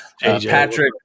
Patrick –